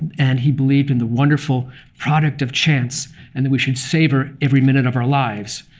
and he believed in the wonderful product of chance and that we should savor every minute of our lives.